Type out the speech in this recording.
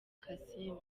kassim